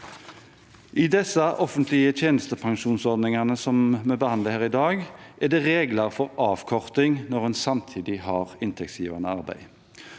I de offentlige tjenestepensjonsordningene som vi behandler her i dag, er det regler for avkorting når en samtidig har inntektsgivende arbeid.